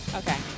Okay